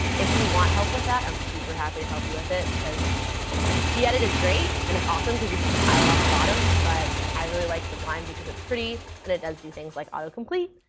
if you want help with that, i'm super happy to help you with it, because gedit is great and it's awesome because you can compile it on the bottom, but i really like sublime because it's pretty and it does do things like auto-complete.